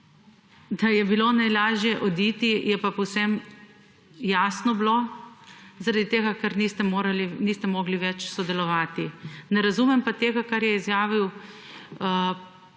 da je bilo najlažje oditi, je pa povsem jasno bilo, zaradi tega, ker niste mogli več sodelovati. Ne razumem pa tega kar je izjavil